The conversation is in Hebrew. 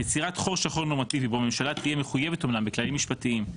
יצירת חור שחור נורמטיבי בממשלה תהיה אמנם מחויבת בכללים משפטיים,